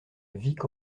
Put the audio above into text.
vic